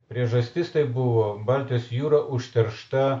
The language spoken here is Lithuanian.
priežastis tai buvo baltijos jūra užteršta